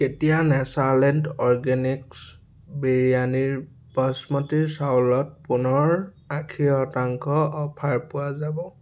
কেতিয়া Netherlands organics বিৰিয়ানীৰ বাচমতী চাউলত পুনৰ আশী শতাংশ অফাৰ পোৱা যাব